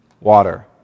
Water